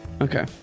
Okay